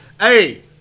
Hey